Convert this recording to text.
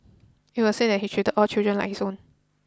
it was said that he treated all children like his own